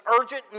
urgent